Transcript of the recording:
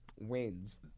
wins